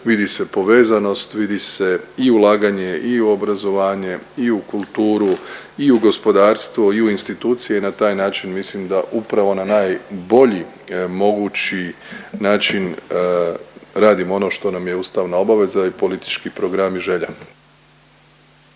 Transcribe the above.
vidi se povezanost, vidi se i ulaganje i u obrazovanje i u kulturu i u gospodarstvo i u institucije i na taj način mislim da upravo na najbolji mogući način radimo ono što nam je ustavna obaveza i politički program i želja.